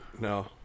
No